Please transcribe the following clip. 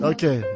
Okay